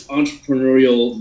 entrepreneurial